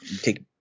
take